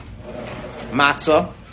matzah